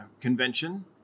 convention